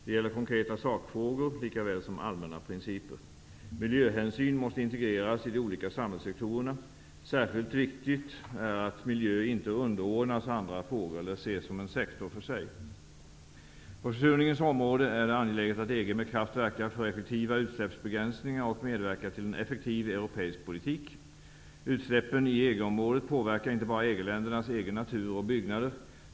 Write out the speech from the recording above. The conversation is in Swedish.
Det gäller konkreta sakfrågor, lika väl som allmänna principer. Miljöhänsyn måste integreras i de olika samhällssektorerna. Särskilt viktigt är att miljö inte underordnas andra frågor eller ses som en sektor för sig. På försurningens område är det angeläget att EG med kraft verkar för effektiva utsläppsbegränsningar och medverkar till en effektiv europeisk politik. Utsläppen i EG-området påverkar inte bara EG-ländernas egen natur och byggnader.